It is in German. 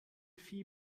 phi